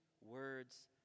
words